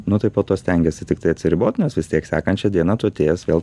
nu tai po to stengiesi tiktai atsiribot nes vis tiek sekančią diena tu atėjęs vėl